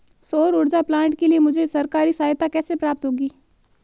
सौर ऊर्जा प्लांट के लिए मुझे सरकारी सहायता कैसे प्राप्त होगी?